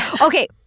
Okay